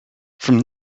from